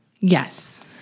Yes